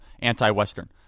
anti-Western